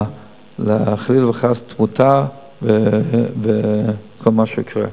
חלילה וחס לתמותה ולכל מה שיקרה.